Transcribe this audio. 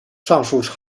上述